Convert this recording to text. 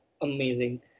amazing